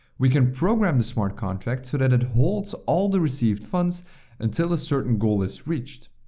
we can program the smart contract so that it holds all the received funds until a certain goal is reached.